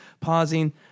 pausing